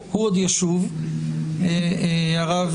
תודה רבה.